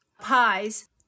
pies